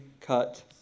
cut